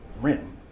rim